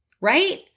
right